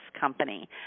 company